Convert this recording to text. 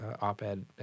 op-ed